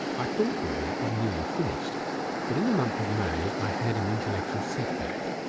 i thought the work was nearly finished but in the month of may i had an intellectual setback.